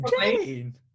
jane